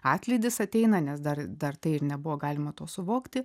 atlydis ateina nes dar dar tai ir nebuvo galima to suvokti